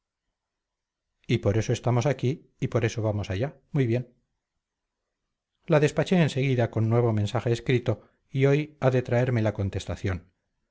y por eso estamos aquí y por eso vamos allá muy bien la despaché en seguida con nuevo mensaje escrito y hoy ha de traerme la contestación